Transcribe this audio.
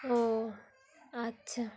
ও আচ্ছা